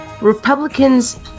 Republicans